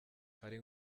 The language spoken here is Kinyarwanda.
hari